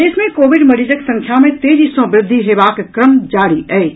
प्रदेश मे कोविड मरीजक संख्या मे तेजी सँ वृद्धि हेबाक क्रम जारी अछि